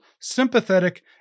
sympathetic